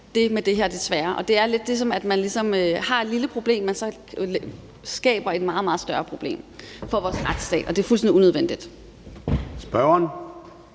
det med det her, desværre. Det er lidt, som at man har et lille problem, men så skaber et meget, meget større problem for vores retsstat, og det er fuldstændig unødvendigt.